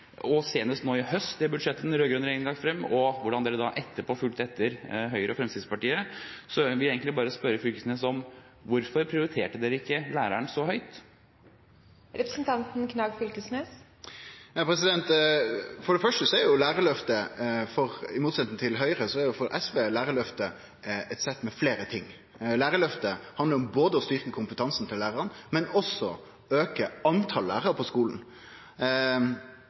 og senest nå i høst det budsjettet den rød-grønne regjeringen la frem, og hvordan de rød-grønne da etterpå fulgte etter Høyre og Fremskrittspartiet, vil jeg bare spørre Fylkesnes: Hvorfor prioriterte man ikke læreren så høyt? For det første er jo lærarløftet for SV – i motsetning til for Høgre – eit sett med fleire ting. Lærarløftet handlar om å styrke kompetansen til læraren, men også om å auke talet på lærarar i skolen.